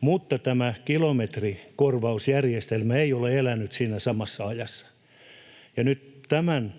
mutta tämä kilometrikorvausjärjestelmä ei ole elänyt siinä samassa ajassa. Nyt tämän